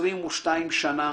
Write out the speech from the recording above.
22 שנה